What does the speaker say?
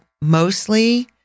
mostly